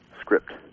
script